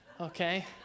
okay